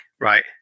right